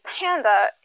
Panda